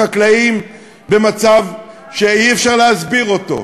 החקלאים במצב שאי-אפשר להסביר אותו,